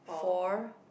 for